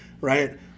right